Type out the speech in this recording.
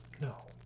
No